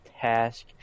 task